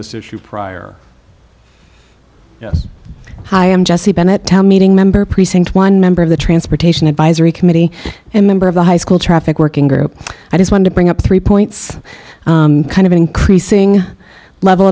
this issue prior hi i'm jesse bennett tell meeting member precinct one member of the transportation advisory committee and member of the high school traffic working group i just want to bring up three points kind of increasing level